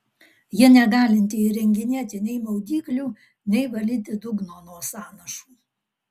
ji negalinti įrenginėti nei maudyklių nei valyti dugno nuo sąnašų